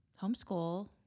homeschool